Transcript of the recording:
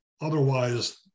otherwise